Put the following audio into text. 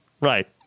Right